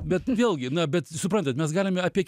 bet vėlgi na bet suprantat mes galime apie